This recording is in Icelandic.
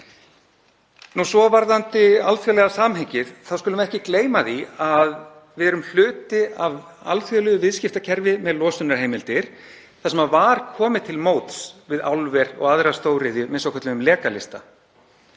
þar? Varðandi alþjóðlega samhengið þá skulum við ekki gleyma því að við erum hluti af alþjóðlegu viðskiptakerfi með losunarheimildir þar sem komið var til móts við álver og aðra stóriðju með svokölluðum lekalista.